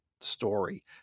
story